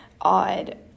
odd